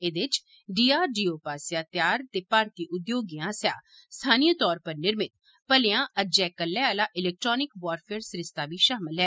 एह्दे च डीआरडीओ पास्सेआ तैआर ते भारती उद्योगें आस्सेआ स्थानीय तौर पर निर्मित भलेयां अज्जै कल्लै आला इलैक्ट्रानिक वारफेयर सरिस्ता शामल ऐ